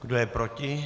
Kdo je proti?